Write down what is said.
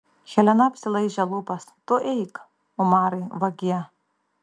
helena apsilaižė lūpas tu eik umarai vagie